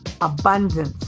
abundance